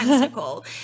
Nicole